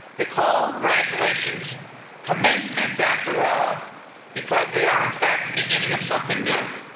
they call graduations commencements after all because they are in fact the beginning of something new.